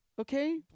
Okay